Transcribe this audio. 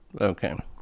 okay